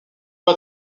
pas